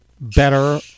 better